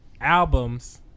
albums